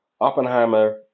Oppenheimer